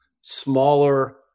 smaller